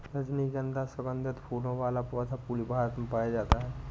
रजनीगन्धा सुगन्धित फूलों वाला पौधा पूरे भारत में पाया जाता है